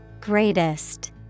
Greatest